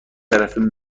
طرفه